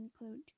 include